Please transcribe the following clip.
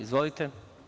Izvolite.